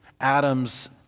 Adam's